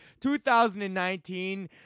2019